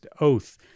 Oath